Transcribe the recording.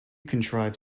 contrive